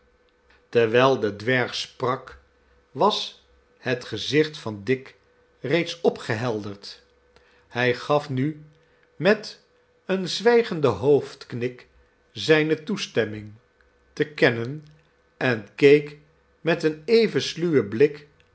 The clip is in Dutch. terwijl de dwerg sprak was het gezicht van dick reeds opgehelderd hij gaf nu met een zwijgenden hoofdknik zijne toestemming te kennen en keek met een even sluwen blik